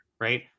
right